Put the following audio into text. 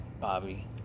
Bobby